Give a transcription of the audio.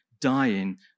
dying